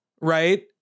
right